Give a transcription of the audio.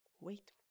Wait